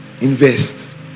Invest